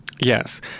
Yes